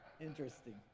interesting